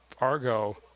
Argo